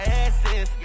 asses